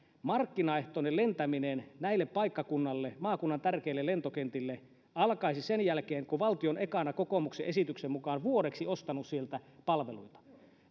markkinaehtoinen lentäminen näille paikkakunnille maakunnan tärkeille lentokentille alkaisi sen jälkeen kun valtio on ekana kokoomuksen esityksen mukaan vuodeksi ostanut sieltä palveluita